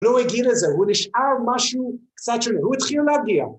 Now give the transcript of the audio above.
‫לא הגיע לזה, הוא נשאר משהו קצת, ‫שהוא תחיל להגיע.